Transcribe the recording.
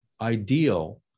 ideal